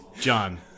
John